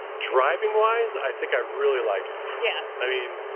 driving wise, i think i really like it. yeah. i mean,